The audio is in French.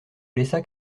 laissa